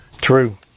True